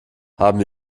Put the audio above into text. haben